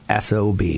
SOB